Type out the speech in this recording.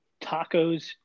tacos